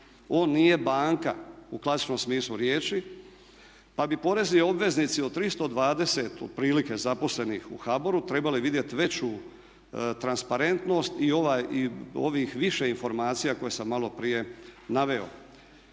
On nije banka u klasičnom smislu riječi, pa bi porezni obveznici od 320 otprilike zaposlenih u HBOR-u trebali vidjeti veću transparentnost i ovih više informacija koje sam malo prije naveo.